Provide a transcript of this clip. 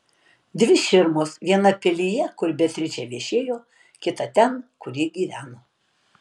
dvi širmos viena pilyje kur beatričė viešėjo kita ten kur ji gyveno